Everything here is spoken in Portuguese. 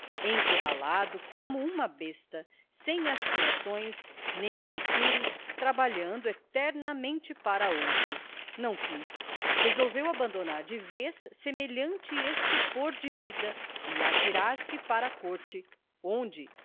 encurralado como uma besta sem aspirações nem futuro trabalhando eternamente para outro não quis resolveu abandonar de vez semelhante estupor de vida e atirar-se para a corte onde